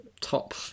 top